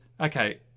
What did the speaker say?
okay